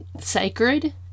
sacred